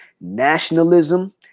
nationalism